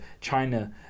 china